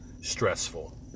stressful